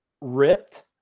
Ripped